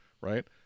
right